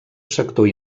sector